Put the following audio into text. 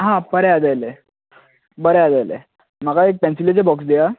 हा बरे याद येयले बरे याद येयले म्हाका एक पेन्सिलिचे बॉक्स दिया